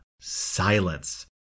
Silence